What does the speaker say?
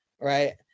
right